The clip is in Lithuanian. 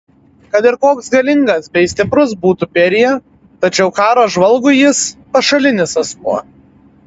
kad ir koks galingas bei stiprus būtų berija tačiau karo žvalgui jis pašalinis asmuo